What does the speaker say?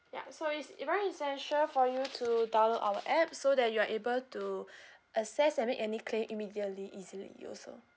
ya so is very essential for you to download our app so that you are able to access and make any claim immediately easily also